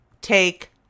take